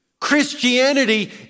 Christianity